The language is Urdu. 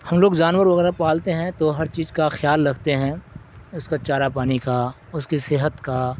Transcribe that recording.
ہم لوگ جانور وغیرہ پالتے ہیں تو ہر چیز کا خیال رکھتے ہیں اس کا چارا پانی کا اس کی صحت کا